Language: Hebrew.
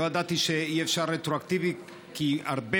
לא ידעתי שאי-אפשר רטרואקטיבית,